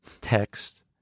text